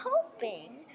hoping